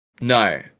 No